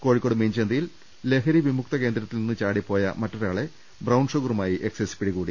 കോഴിക്കോട് മീഞ്ചന്തയിൽ ലഹരിവിമുക്ത കേന്ദ്രത്തിൽ നിന്ന് ചാടിപ്പോയ മറ്റൊരാളെ ബ്രൌൺഷുഗറുമായി എക്സൈസ് പിടികൂടി